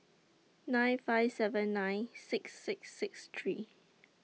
nine five seven nine six six six three